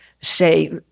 say